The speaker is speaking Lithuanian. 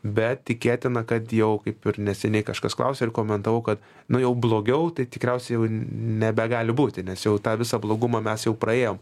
bet tikėtina kad jau kaip ir neseniai kažkas klausė ar komentavau kad nu jau blogiau tai tikriausiai jau nebegali būti nes jau tą visą blogumą mes jau praėjom